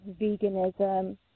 veganism